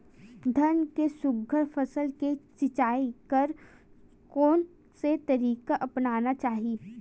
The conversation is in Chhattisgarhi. धान के सुघ्घर फसल के सिचाई बर कोन से तरीका अपनाना चाहि?